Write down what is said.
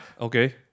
okay